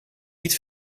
niet